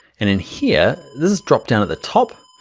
and in here, this is drop down at the top,